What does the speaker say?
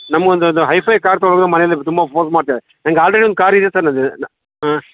ನಮಗೊಂದೊಂದು hi fi car ತೊಗೊಳೋದು ಮನೇಲ್ಲಿ ತುಂಬ ಫೋರ್ಸ್ ಮಾಡ್ತಿದ್ದಾರೆ ನಂಗೆ ಆಲ್ರೆಡಿ ಒಂದು ಕಾರ್ ಇದೆ ಸರ್ ನಂದು ನ ಹಾಂ